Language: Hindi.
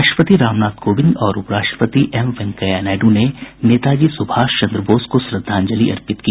राष्ट्रपति रामनाथ कोविंद और उपराष्ट्रपति एम वेंकैया नायडू ने नेताजी सुभाष चंद्र बोस को श्रद्धांजलि अर्पित की